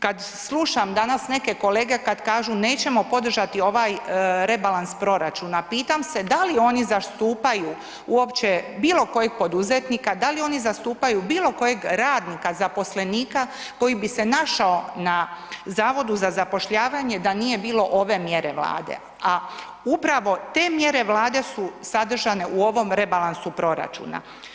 Kad slušam danas neke kolege kad kažu, nećemo podržati ovaj rebalans proračuna, pitam se da li oni zastupaju uopće bilo kojeg poduzetnika, da li oni zastupaju bilo kojeg radnika, zaposlenika koji bi se našao na Zavodu za zapošljavanje da nije bilo ove mjere Vlade, a upravo te mjere Vlade su sadržane u ovom rebalansu proračuna.